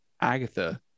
Agatha